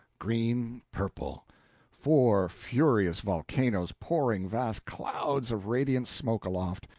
green, purple four furious volcanoes pouring vast clouds of radiant smoke aloft,